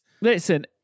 Listen